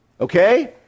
Okay